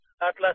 Atlas